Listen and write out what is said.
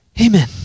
Amen